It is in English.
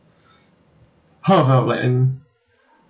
how about like in